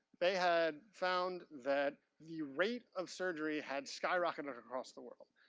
they had found that the rate of surgery had skyrocketed across the world.